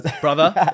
Brother